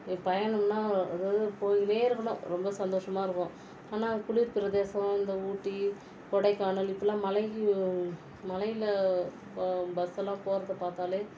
இப்போ பயணம்னா அதாவது போயிக்கின்னே இருக்கணும் ரொம்ப சந்தோஷமாக இருக்கும் ஆனால் குளிர் பிரதேசம் இந்த ஊட்டி கொடைக்கானல் இப்படில்லாம் மலைகள் மலையில் ப பஸ்ஸெல்லாம் போறதை பார்த்தாலே